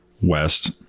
west